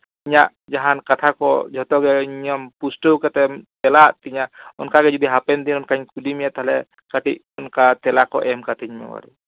ᱤᱧᱟᱹᱜ ᱡᱟᱦᱟᱱ ᱠᱟᱛᱷᱟ ᱠᱚ ᱡᱷᱚᱛᱚ ᱜᱮ ᱤᱧᱮᱢ ᱯᱩᱥᱴᱟᱹᱣ ᱠᱟᱛᱮ ᱮᱢ ᱛᱮᱞᱟ ᱟᱫ ᱛᱤᱧᱟᱹ ᱚᱱᱠᱟ ᱜᱮ ᱡᱩᱫᱤ ᱦᱟᱯᱮᱱ ᱫᱤᱱᱤᱧ ᱠᱩᱞᱤ ᱢᱮᱭᱟ ᱛᱟᱦᱞᱮ ᱠᱟᱹᱴᱤᱡ ᱚᱱᱠᱟ ᱛᱮᱞᱟ ᱠᱚ ᱮᱢ ᱠᱟᱹᱛᱤᱧ ᱢᱮ ᱵᱟᱲᱮ